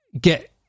get